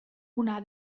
una